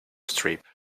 stripe